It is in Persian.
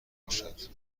باشد